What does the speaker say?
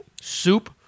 Soup